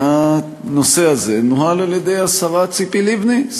הנושא הזה נוהל על-ידי השרה ציפי לבני,